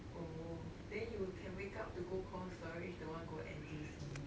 oh then you can wake up to go cold storage don't want go N_T_U_C